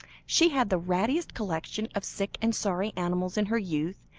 she had the rattiest collection of sick and sorry animals in her youth,